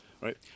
Right